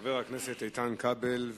חבר הכנסת איתן כבל.